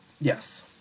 yes